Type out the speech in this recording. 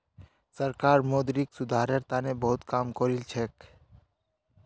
सरकार मौद्रिक सुधारेर तने बहुत काम करिलछेक